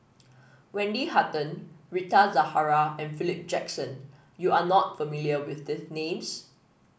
Wendy Hutton Rita Zahara and Philip Jackson You are not familiar with these names